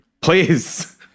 Please